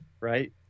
right